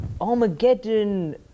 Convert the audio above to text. Armageddon